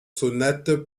sonates